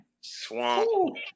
swamp